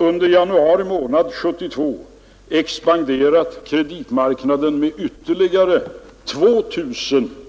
Under januari månad 1972 har kreditmarknaden expanderat med ytterligare